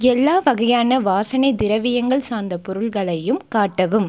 எல்லா வகையான வாசனை திரவியங்கள் சார்ந்த பொருட்களையும் காட்டவும்